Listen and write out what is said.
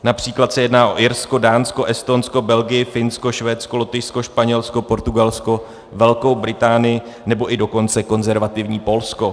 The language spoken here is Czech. Například se jedná o Irsko, Dánsko, Estonsko, Belgii, Finsko, Švédsko, Lotyšsko, Španělsko, Portugalsko, Velkou Británii, nebo i dokonce konzervativní Polsko.